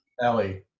Ellie